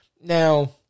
Now